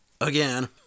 Again